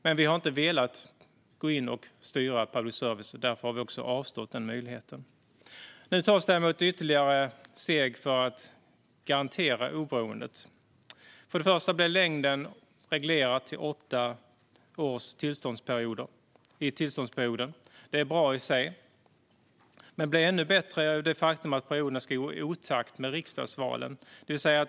Men vi har inte velat gå in och styra public service, och därför har vi också avstått från denna möjlighet. Nu, däremot, tas ytterligare steg för att garantera oberoendet. Först och främst blir längden på tillståndsperioderna reglerad till åtta år. Det är bra i sig, men det blir ännu bättre i och med det faktum att perioderna ska gå i otakt med riksdagen.